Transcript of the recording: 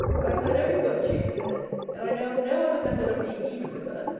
i have heard every word she has said and i know of no other method of being even with her,